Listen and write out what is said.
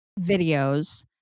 videos